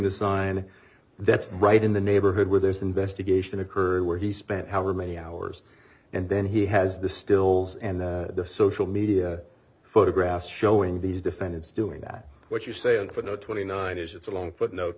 the sign that's right in the neighborhood where this investigation occurred where he spent however many hours and then he has the stills and the social media photograph showing these defendants doing that what you're saying but no twenty nine is it's a long footnote